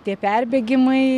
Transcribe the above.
tie perbėgimai